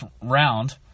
round